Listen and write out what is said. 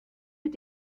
mit